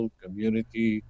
community